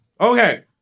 Okay